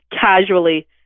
casually